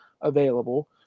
available